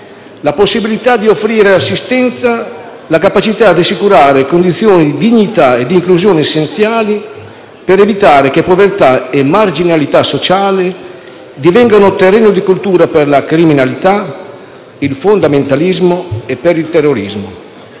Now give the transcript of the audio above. la possibilità di offrire assistenza, la capacità di assicurare condizioni di dignità e di inclusione essenziali per evitare che povertà e marginalità sociale divengano terreno di coltura per la criminalità, il fondamentalismo e il terrorismo.